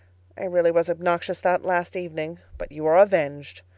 i really was obnoxious that last evening, but you are avenged.